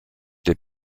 des